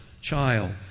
child